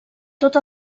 tot